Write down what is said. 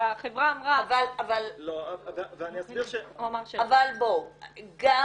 שהחברה אמרה -- אני אסביר ש- -- גם המל"ג